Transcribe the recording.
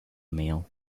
meal